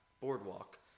boardwalk